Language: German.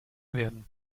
werden